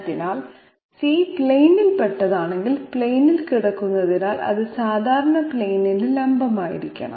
അതിനാൽ c പ്ലെയിനിൽപെട്ടതാണെങ്കിൽ പ്ലെയിനിൽ കിടക്കുന്നതിനാൽ അത് സാധാരണ പ്ലെയിനിന് ലംബമായിരിക്കണം